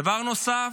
דבר נוסף,